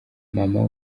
mama